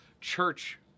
church